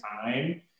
time